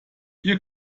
ihr